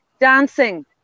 dancing